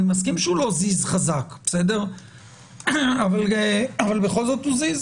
אני מסכים שהוא לא זיז חזק, אבל בכל זאת הוא זיז